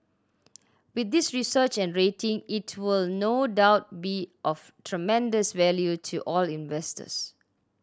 with this research and rating it will no doubt be of tremendous value to all investors